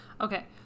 Okay